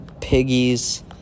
Piggies